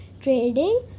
trading